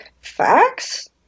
Facts